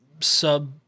sub-